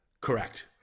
Correct